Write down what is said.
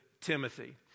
Timothy